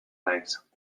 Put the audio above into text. naiz